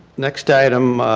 next item,